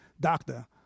doctor